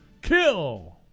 kill